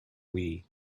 wii